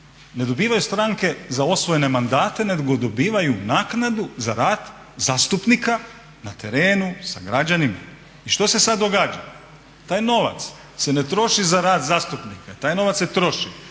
ne dobivaju stranke za osvojene mandate nego dobivaju naknadu za rad zastupnika na terenu, sa građanima. I što se sad događa? Taj novac se ne troši za rad zastupnika, taj novac se troši